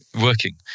working